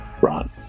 run